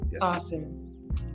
awesome